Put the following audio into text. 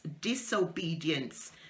disobedience